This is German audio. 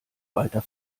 weiter